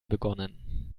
begonnen